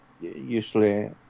usually